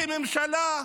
כממשלה,